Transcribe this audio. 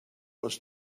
was